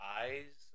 eyes